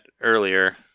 earlier